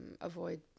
avoid